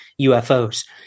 UFOs